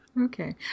Okay